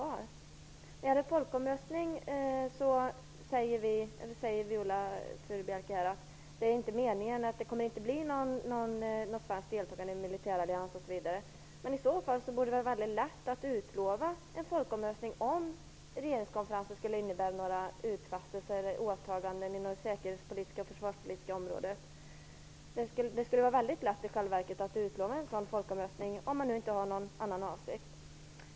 När det gäller folkomröstning säger Viola Furubjelke att det inte är meningen att det skall bli något svenskt deltagande i en militärallians. Men i så fall borde det väl vara lätt att utlova en folkomröstning om regeringskonferensen skulle innebära några utfästelser eller åtaganden inom det säkerhetspolitiska och försvarspolitiska området. Det skulle i själva verket vara väldigt lätt att utlova en sådan folkomröstning, om man nu inte har någon annan avsikt.